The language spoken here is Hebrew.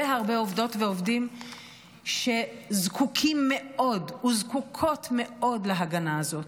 הרבה עובדות ועובדים שזקוקים מאוד וזקוקות מאוד להגנה הזאת.